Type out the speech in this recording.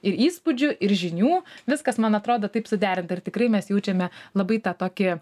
ir įspūdžių ir žinių viskas man atrodo taip suderinta ir tikrai mes jaučiame labai tą tokį